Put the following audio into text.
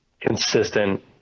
consistent